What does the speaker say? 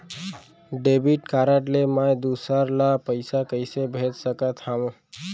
Debit card ले मैं दूसर ला पइसा कइसे भेज सकत हओं?